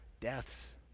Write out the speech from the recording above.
deaths